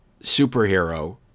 superhero